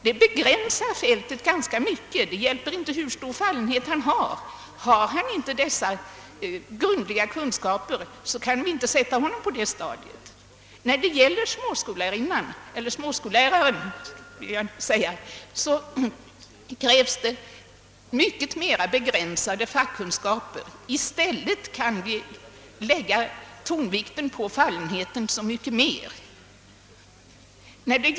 Detta begränsar fältet. Det hjälper i och för sig inte hur stor fallenhet han har för läraryrket — har han inte även dessa grundliga kunskaper, så kan man inte sätta honom att undervisa på det stadiet. Av småskolläraren krävs det mycket mera begränsade fackkunskaper, men i stället kan större tonvikt läggas vid fallenheten.